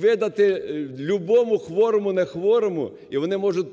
видати любому хворому, не хворому, і вони можуть